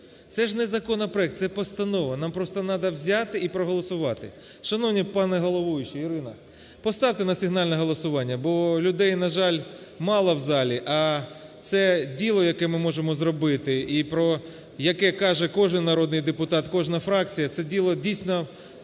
Це ж не законопроект, це постанова, нам просто надо взяти і проголосувати. Шановна пані головуюча, Ірино, поставте на сигнальне голосування. Бо людей, на жаль, мало в залі, а це діло, яке ми можемо зробити і про яке каже кожний народний депутат, кожна фракція, це діло, дійсно,